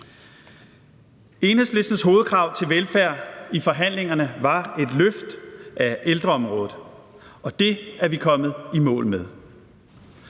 Enhedslistens hovedkrav til velfærd i forhandlingerne var et løft af ældreområdet, og det er vi kommet i mål med.